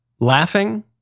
laughing